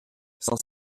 cent